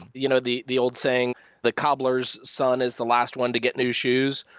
you know the the old saying the cobbler's son is the last one to get new shoes.